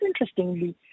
interestingly